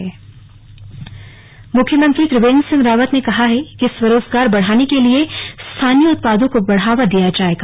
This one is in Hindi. स्लग सीएम बैठक मुख्यमंत्री त्रिवेंद्र सिंह रावत ने कहा है कि स्वरोजगार बढ़ाने के लिए स्थानीय उत्पादों को बढ़ावा दिया जाएगा